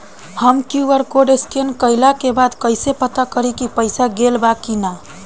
हम QR code scan कइला के बाद कइसे पता करि की पईसा गेल बा की न?